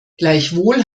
gleichwohl